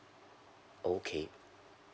okay